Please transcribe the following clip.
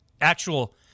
actual